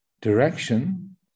direction